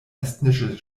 estnische